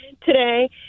today